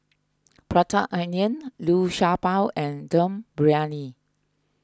Prata Onion Liu Sha Bao and Dum Briyani